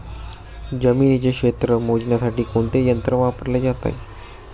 जमिनीचे क्षेत्र मोजण्यासाठी कोणते यंत्र वापरले जाते?